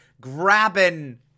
grabbing